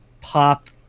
pop